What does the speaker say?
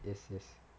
yes yes